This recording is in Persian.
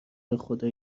بخدا